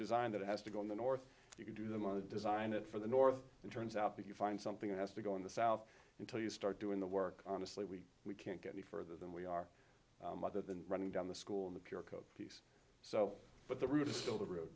design that has to go in the north you can do them on the design it for the north and turns out that you find something that has to go in the south until you start doing the work honestly we we can't go any further than we are other than running down the school in the pure kopi so but the route of still the road